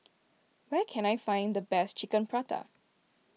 where can I find the best Chicken Pasta